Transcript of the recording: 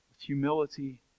humility